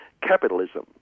capitalism